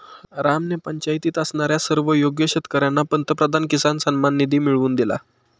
रामने पंचायतीत असणाऱ्या सर्व योग्य शेतकर्यांना पंतप्रधान किसान सन्मान निधी मिळवून दिला